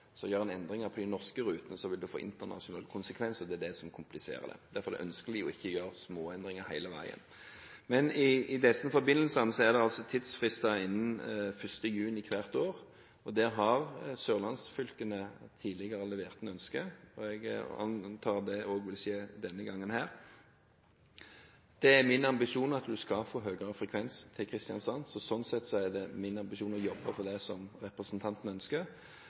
Gjør en endringer på de norske rutene, vil det få internasjonale konsekvenser. Det er det som kompliserer det. Derfor er det ønskelig ikke å gjøre små endringer hele veien. Men i denne forbindelse er det tidsfrist innen 1. juni hvert år. Sørlandsfylkene har tidligere levert inn ønske, og jeg antar det også vil skje denne gangen. Det er min ambisjon at en skal få høyere frekvens til Kristiansand. Sånn sett er det min ambisjon å jobbe for det som representanten ønsker.